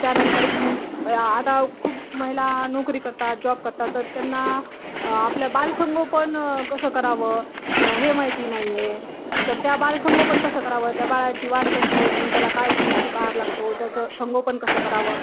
त्यानंतर आता खूप महिला नोकरी करतात जॉब करतात तर त्यांना आपल्या बालसंगोपन कसं करावं हे माहिती नाही आहे तर त्या बालसंगोपन कसं करावं त्या बाळाची वाढ कशी होते त्याला काय पौष्टीक आहार लागतो त्याचं संगोपन कसं करावं